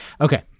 Okay